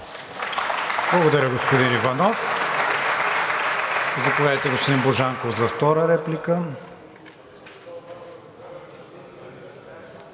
Благодаря, господин Иванов. Заповядайте, господин Божанков, за втора реплика.